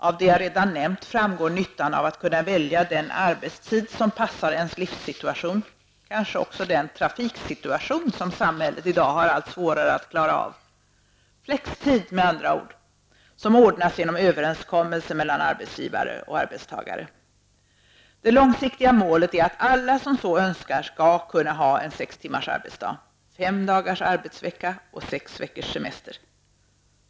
Av det som jag redan har nämnt framgår nyttan av att kunna välja den arbetstid som passar ens livssituation, kanske också den trafiksituation som samhället i dag har allt svårare att klara av -- flextid med andra ord, som ordnas genom överenskommelse mellan arbetsgivare och arbetstagare. Det långsiktiga målet är att alla som så önskar skall kunna ha sex timmars arbetsdag, fem dagars arbetsvecka och sex veckors semester.